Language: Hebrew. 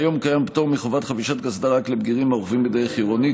כיום קיים פטור מחובת חבישת קסדה רק לבגירים הרוכבים בדרך עירונית.